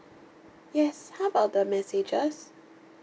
yes how about the messages